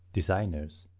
designers,